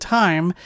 time